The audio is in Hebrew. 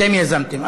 אתם יזמתם,